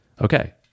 Okay